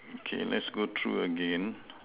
okay let's go through again